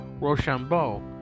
Rochambeau